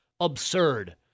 absurd